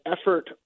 effort